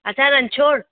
असां रंणछोड़